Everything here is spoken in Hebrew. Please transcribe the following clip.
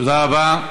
תודה רבה.